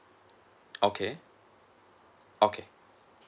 okay okay